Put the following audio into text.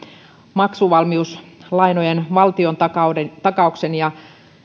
maksuvalmiuslainojen valtiontakauksen ja